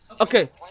Okay